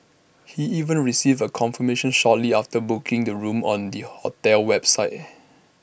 he even received A confirmation shortly after booking the room on the hotel's website